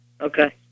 Okay